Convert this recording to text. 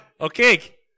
Okay